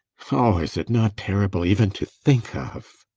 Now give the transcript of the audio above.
oh, is it not terrible even to think of?